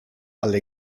alle